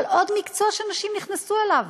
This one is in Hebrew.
אבל זה עוד מקצוע שנשים נכנסו אליו,